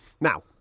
Now